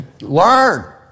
Learn